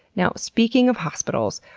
now, speaking of hospitals,